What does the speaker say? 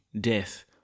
death